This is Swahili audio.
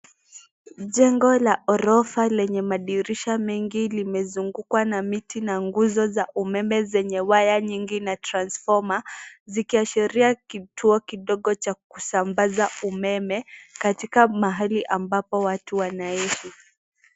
Jengo la ghorofa lenye madirisha mengi, limezungukwa na miti na nguzo za umeme, zenye waya nyingi na transformer ,zikiashiria kituo kidogo cha kusambaza umeme katika mahali ambapo watu wanaishi.